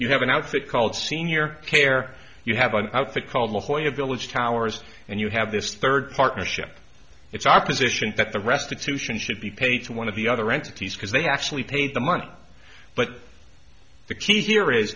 you have an outfit called senior care you have an outfit called la jolla village towers and you have this third partnership it's our position that the restitution should be paid to one of the other entities because they actually paid the money but the key here is